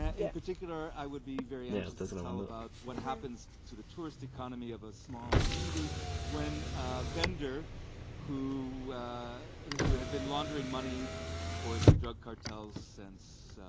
ah in particular, i would be very anxious to tell about what happens to the tourist economy of a small community when a vendor who who had been laundering money for the drug cartels since,